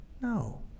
No